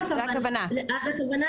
יהיו הוראות שיעברו לרמת תקנות,